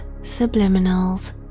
subliminals